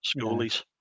Schoolies